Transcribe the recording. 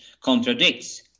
contradicts